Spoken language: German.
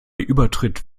übertritt